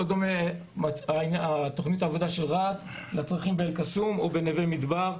דומה לצרכים באל קסום או בנווה מדבר.